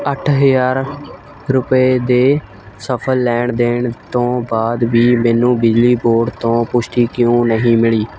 ਅੱਠ ਹਜ਼ਾਰ ਰੁਪਏ ਦੇ ਸਫਲ ਲੈਣ ਦੇਣ ਤੋਂ ਬਾਅਦ ਵੀ ਮੈਨੂੰ ਬਿਜਲੀ ਬੋਰਡ ਤੋਂ ਪੁਸ਼ਟੀ ਕਿਉਂ ਨਹੀਂ ਮਿਲੀ